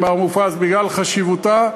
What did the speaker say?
מר מופז, בגלל חשיבותה,